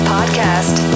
Podcast